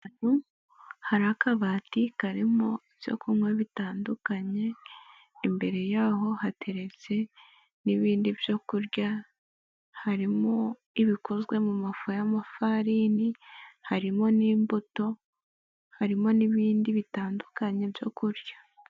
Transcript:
Ahantu hari akabati karimo ibyo kunywa bitandukanye. Imbere yaho hateretse n'ibindi byo kurya. Harimo ibikozwe mu mafu y'amafarini. Harimo n'imbuto, harimo n'ibindi bitandukanye byo kurya.